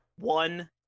one